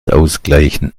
ausgleichen